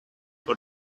for